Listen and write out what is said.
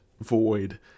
void